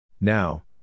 Now